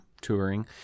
touring